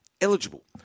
eligible